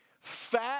Fat